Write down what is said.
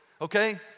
okay